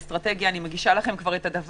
בסיסי שמי שאנחנו מאמתים אותו היום כמאומת,